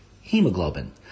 hemoglobin